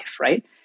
right